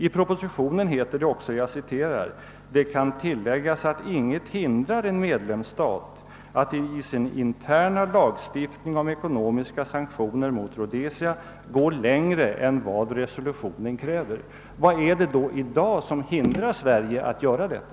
I propositionen heter det också: »Det kan tilläggas att inget hindrar en medlemsstat att i sin interna lagstiftning om ekonomiska sanktioner mot Rhodesia gå längre än vad resolutionerna kräver.» Vad är det då i dag som hindrar Sverige att göra detta?